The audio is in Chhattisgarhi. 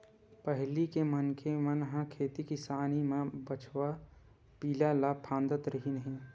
पहिली के मनखे मन ह खेती किसानी म बछवा पिला ल फाँदत रिहिन हे